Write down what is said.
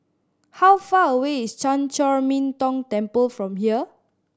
how far away is Chan Chor Min Tong Temple from here